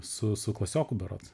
su klasioku berods